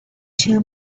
two